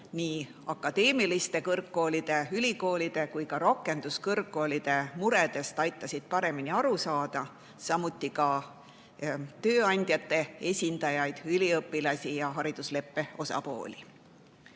nii akadeemiliste kõrgkoolide, ülikoolide kui ka rakenduskõrgkoolide muredest aitasid paremini aru saada, samuti tööandjate esindajaid, üliõpilasi ja haridusleppe osapooli.